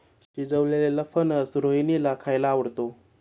शिजवलेलेला फणस रोहिणीला खायला आवडतो